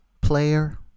player